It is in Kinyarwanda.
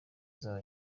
nzaba